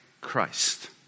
Christ